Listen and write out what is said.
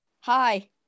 Hi